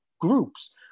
groups